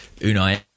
Unai